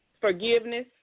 forgiveness